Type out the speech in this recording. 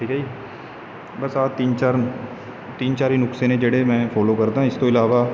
ਠੀਕ ਹੈ ਜੀ ਬਸ ਆਹ ਤਿੰਨ ਚਾਰ ਤਿੰਨ ਚਾਰ ਨੁਸਖੇ ਨੇ ਜਿਹੜੇ ਮੈਂ ਫੋਲੋ ਕਰਦਾ ਇਸ ਤੋਂ ਇਲਾਵਾ